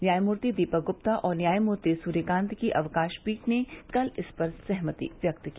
न्यायमूर्ति दीपक गुप्ता और न्यायमूर्ति सूर्यकांत की अवकाश पीठ ने कल इस पर सहमति व्यक्त की